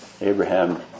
Abraham